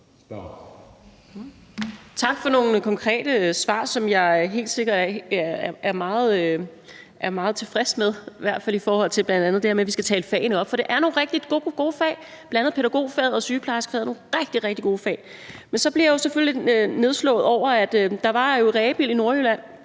Tak for nogle konkrete svar, som jeg er meget tilfreds med, i hvert fald i forhold til det med, at vi skal tale fagene op. For det er nogle rigtig gode fag; bl.a. pædagogfaget og sygeplejerskefaget er nogle rigtig, rigtig gode fag. Men så bliver jeg